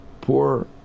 poor